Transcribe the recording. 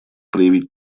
проявить